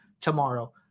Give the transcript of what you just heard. tomorrow